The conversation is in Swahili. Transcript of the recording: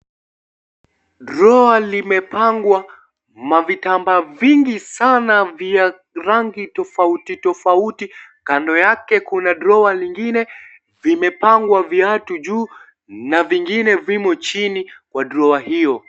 (CS)Drawer(CS )limepangwa mavitambaa vingi Sana vya rangi tofauti tofauti kando yake kuna (CS)drawer(CS)lingine vimepangwa viatu juu na vingine vimo chini wa (CS)drawer(CS)hiyo.